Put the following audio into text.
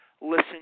listen